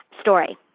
story